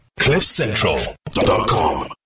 cliffcentral.com